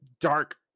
dark